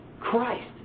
Christ